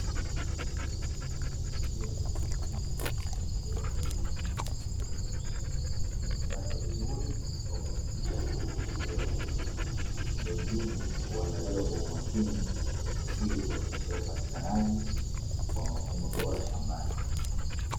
Kifungashio cha plastiki kilichobeba mbegu za nyanya, kimefungashwa vizuri kwa kuhakikisha hakipitishi hewa. Mbegu hizi huandaliwa kwa umakini ili kuhakikisha upatikanaji wa mavuno bora shambani.